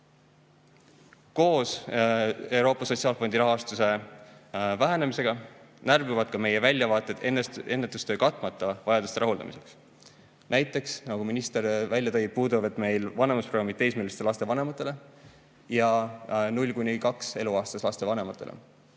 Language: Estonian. Koos Euroopa Sotsiaalfondi rahastuse vähenemisega närbuvad ka meie väljavaated ennetustöö katmata vajaduste rahuldamiseks. Näiteks, nagu minister välja tõi, puuduvad meil vanemlusprogrammid teismeliste laste vanematele ja kuni kaheaastaste laste vanematele.